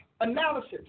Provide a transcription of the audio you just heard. analysis